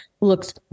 looks